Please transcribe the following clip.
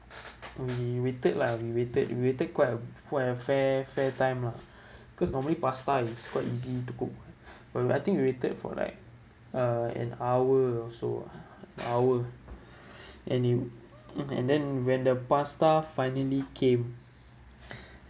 we waited lah we waited we waited quite a quite a fair fair time lah cause normally pasta is quite easy to cook and we I think we waited for like uh an hour or so ah hour and in then and then when the pasta finally came